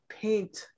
paint